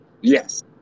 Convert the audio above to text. Yes